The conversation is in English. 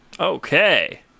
Okay